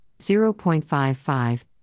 0.55